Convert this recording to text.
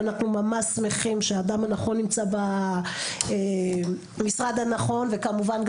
אנחנו ממש שמחים שהאדם הנכון נמצא במשרד הנכון וכמובן,